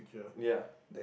ya